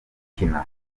kina